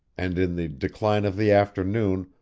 and, in the decline of the afternoon,